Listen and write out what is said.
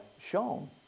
shown